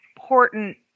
important